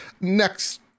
next